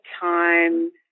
time